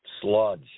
sludge